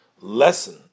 lesson